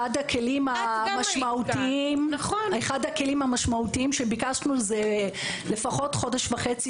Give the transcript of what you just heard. אחד הכלים המשמעותיים שביקשנו הוא לפחות חודש וחצי